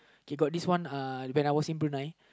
okay got this one uh when I was in Brunei